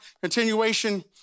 continuation